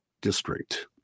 district